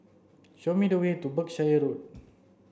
show me the way to Berkshire Road